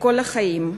לכל החיים.